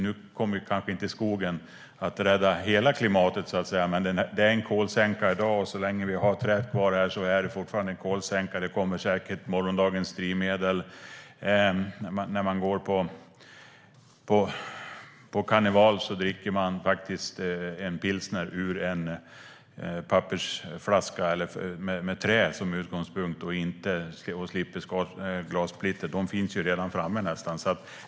Nu kommer kanske inte skogen att rädda hela klimatet, men det är en kolsänka i dag, och så länge vi har träet kvar är det fortfarande en kolsänka. Skogen kommer säkert att ha betydelse för morgondagens drivmedel. När man går på karneval kommer man att kunna dricka pilsner ur en pappersflaska med trä som utgångspunkt och slippa glassplittret. Det finns redan framme nästan.